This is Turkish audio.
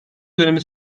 dönemi